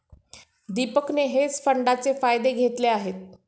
दीपकने हेज फंडाचे फायदे घेतले आहेत